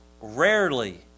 Rarely